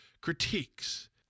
critiques